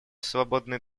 свободной